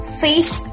face